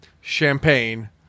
Champagne